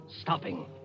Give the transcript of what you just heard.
stopping